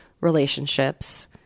relationships